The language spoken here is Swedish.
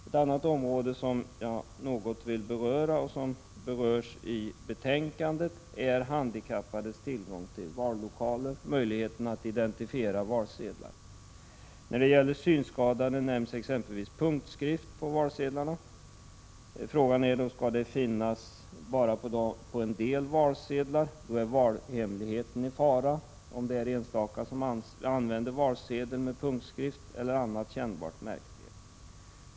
Ett annat område som berörs i betänkandet är handikappades tillgång till vallokaler och möjlighet att identifiera valsedlar. När det gäller synskadade nämns exempelvis punktskrift på valsedlarna. Om punktskriften bara skall finnas på en del valsedlar så att det är enstaka som använder valsedel med punktskrift eller annat kännbart märke är valhemligheten i fara.